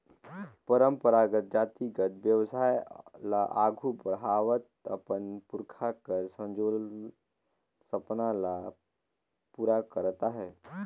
परंपरागत जातिगत बेवसाय ल आघु बढ़ावत अपन पुरखा कर संजोल सपना ल पूरा करत अहे